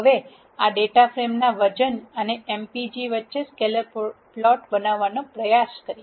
હવે આ ડેટા ફ્રેમના વજન અને m p g વચ્ચે સ્કેટર પ્લોટ બનાવવાનો પ્રયાસ કરીએ